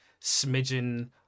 smidgen